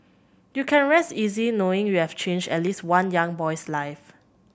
you can rest easy knowing you've changed at least one young boy's life